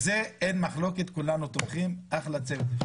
ווליד, בזה אין מחלוקת, כולנו תומכים, אחלה צוות.